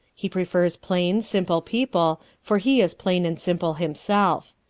he prefers plain, simple people, for he is plain and simple himself.